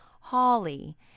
holly